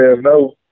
no